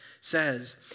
says